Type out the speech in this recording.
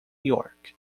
york